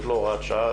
זאת לא הוראת שעה,